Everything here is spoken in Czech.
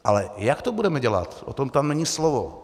Ale jak to budeme dělat, o tom tam není ani slovo.